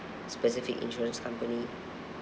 specific insurance company